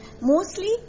mostly